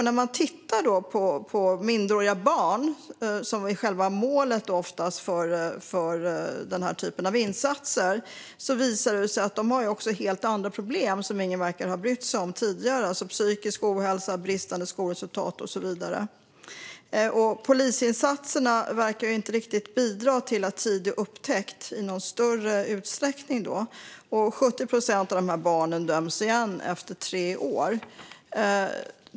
När man tittar på minderåriga barn, som ofta är själva målet för denna typ av insatser, visar det sig att de också har helt andra problem som ingen verkar ha brytt sig om tidigare - psykisk ohälsa, bristande skolresultat och så vidare. Polisinsatserna verkar inte riktigt bidra till tidig upptäckt i någon större utsträckning, och 70 procent av dessa barn döms igen efter tre år.